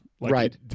Right